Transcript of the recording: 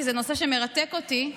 כי זה נושא שמרתק אותי,